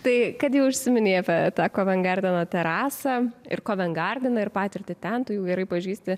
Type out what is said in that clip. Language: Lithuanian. tai kad jau užsiminei apie tą kovengardeno terasą ir kovengardiną ir patirtį ten tu jau gerai pažįsti